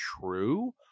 true